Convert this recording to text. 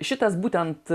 šitas būtent